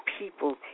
people